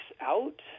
out